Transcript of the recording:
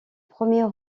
premier